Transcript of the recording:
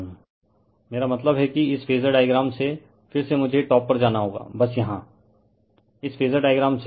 refer slide time 0401 मेरा मतलब है कि इस फेजर डायग्राम से फिर से मुझे टॉप पर जाना होगा बस यहाँ इस फेजर डायग्राम से